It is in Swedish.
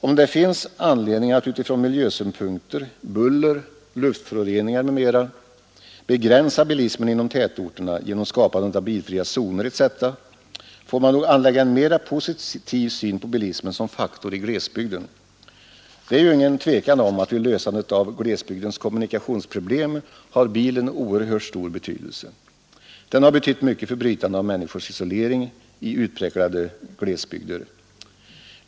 Om det finns anledning att med hänsyn till miljösynpunkter, buller, luftföroreningar m.m. begränsa bilismen inom tätorterna genom skapandet av bilfria zoner etc. får man nog anlägga en mera positiv syn på bilismen som faktor i glesbygden. Det råder inget tvivel om att vid lösandet av glesbygdens kommunikationsproblem har bilen oerhört stor betydelse. Den har betytt mycket för brytandet av människors isolering i utpräglade glesbygder.